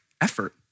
effort